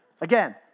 Again